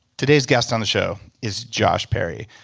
today's guest on the show is josh perry.